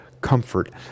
comfort